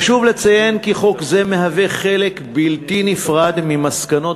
חשוב לציין כי חוק זה מהווה חלק בלתי נפרד ממסקנות